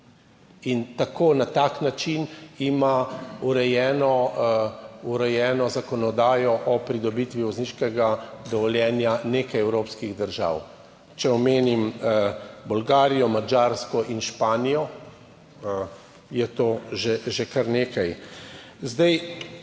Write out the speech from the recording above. in na tak način ima urejeno zakonodajo o pridobitvi vozniškega dovoljenja nekaj evropskih držav, če omenim Bolgarijo, Madžarsko in Španijo, je to že kar nekaj.